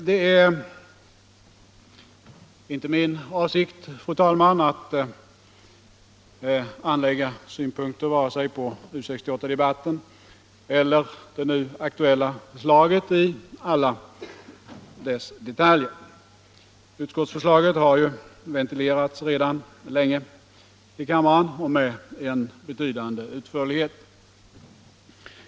Det är inte min avsikt, fru talman, att anlägga synpunkter vare sig på U 68-debatten eller på det nu aktuella förslaget i alla detaljer. Utskottsförslaget har ju redan ventilerats länge i kammaren och med be tydande utförlighet.